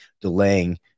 delaying